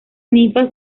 ninfas